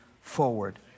forward